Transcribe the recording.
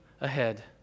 ahead